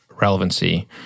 relevancy